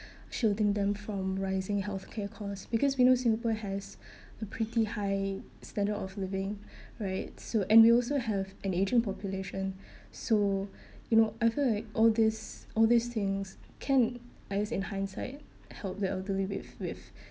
shielding them from rising healthcare costs because we know Singapore has a pretty high standard of living right so and we also have an aging population so you know I feel like all these all these things can at least in hindsight help the elderly with with